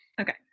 Okay